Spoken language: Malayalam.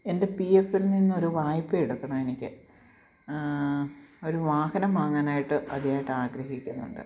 എന്റെ പിയെഫിൽ നിന്നൊരു വായ്പ എടുക്കണമെനിക്ക് ഒരു വാഹനം വാങ്ങാനായിട്ട് അതിയായിട്ട് ആഗ്രഹിക്കുന്നുണ്ട്